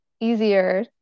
easier